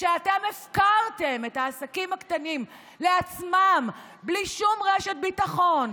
כשאתם הפקרתם את העסקים הקטנים לעצמם בלי שום רשת ביטחון,